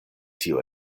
tio